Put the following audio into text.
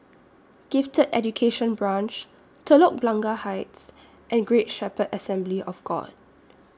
Gifted Education Branch Telok Blangah Heights and Great Shepherd Assembly of God